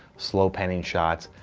slow panning shots.